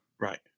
Right